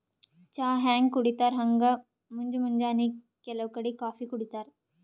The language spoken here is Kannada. ಚಾ ಹ್ಯಾಂಗ್ ಕುಡಿತರ್ ಹಂಗ್ ಮುಂಜ್ ಮುಂಜಾನಿ ಕೆಲವ್ ಕಡಿ ಕಾಫೀ ಕುಡಿತಾರ್